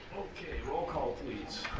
okay role call please.